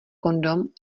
kondom